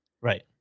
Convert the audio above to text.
Right